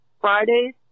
Fridays